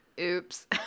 oops